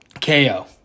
KO